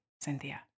Cynthia